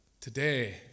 today